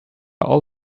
all